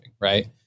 right